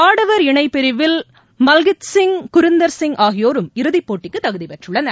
ஆடவர் இணை பிரிவில் மல்கித்சிய் குரிந்தர் சிய் ஆகியோரும் இறுதிப் போட்டிக்கு தகுதி பெற்றுள்ளனர்